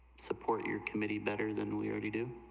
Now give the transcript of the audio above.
support your committee better than we are needed,